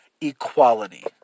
equality